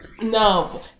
No